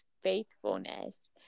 faithfulness